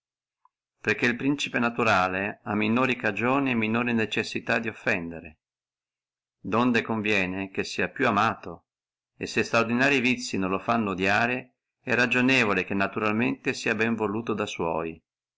el principe naturale ha minori cagioni e minore necessità di offendere donde conviene che sia più amato e se estraordinarii vizii non lo fanno odiare è ragionevole che naturalmente sia benevoluto da sua